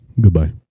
Goodbye